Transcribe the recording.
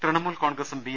തൃണമൂൽ കോൺഗ്രസും ബി